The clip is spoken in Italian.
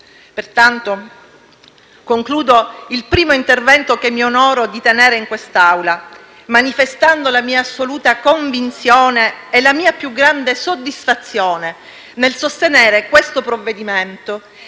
imprese. Concludo il primo intervento che mi onoro di tenere in quest'Aula manifestando la mia assoluta convinzione e la mia più grande soddisfazione nel sostenere questo provvedimento